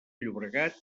llobregat